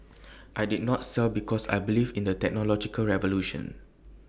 I did not sell because I believe in the technological revolution